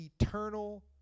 eternal